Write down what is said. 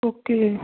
okay